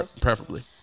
preferably